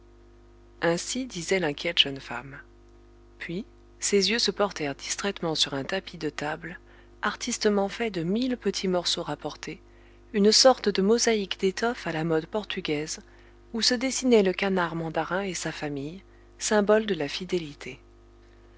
ainsi disait l'inquiète jeune femme puis ses yeux se portèrent distraitement sur un tapis de table artistement fait de mille petits morceaux rapportés une sorte de mosaïque d'étoffe à la mode portugaise où se dessinaient le canard mandarin et sa famille symbole de la fidélité